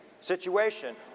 situation